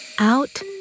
out